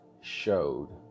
showed